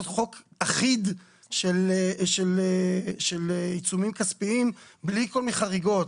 חוק אחיד של עיצומים כספיים בלי כל מיני חריגות.